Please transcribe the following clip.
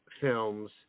films